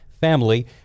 family